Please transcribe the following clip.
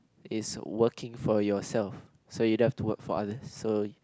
is working for yourself so you don't have to work for others so